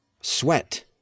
sweat